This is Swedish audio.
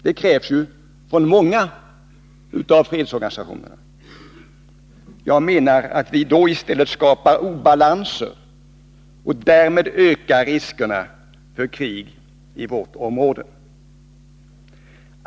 Detta krävs ju av många av fredsorganisationerna. Jag menar att vi då i stället skapar obalanser och därmed ökar riskerna för krig i vårt område.